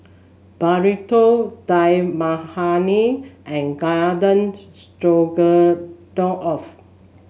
Burrito Dal Makhani and Garden Stroganoff